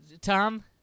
Tom